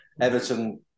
Everton